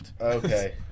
Okay